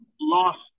lost